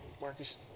Marcus